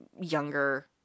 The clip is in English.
younger